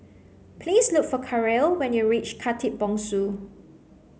please look for Karel when you reach Khatib Bongsu